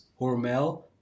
Hormel